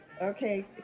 Okay